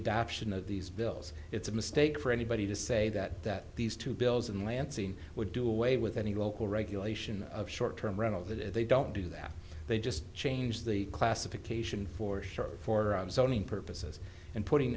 adoption of these bills it's a mistake for anybody to say that that these two bills in lansing would do away with any local regulation of short term rental that if they don't do that they just change the classification for sure for zoning purposes and putting